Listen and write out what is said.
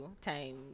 time